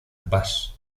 bass